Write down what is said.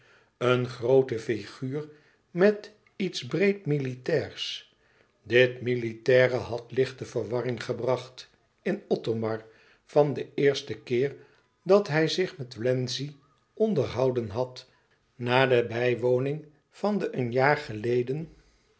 een groote figuur met iets breed militairs dit militaire had lichte verwarring gebracht in othomar van den eersten keer dat hij zich met wlenzci onderhouden had na de bijwoning van de een jaar geleden